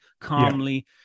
calmly